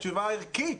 התשובה הערכית.